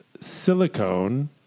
silicone